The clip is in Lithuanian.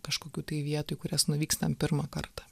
kažkokių tai vietų į kurias nuvykstam pirmą kartą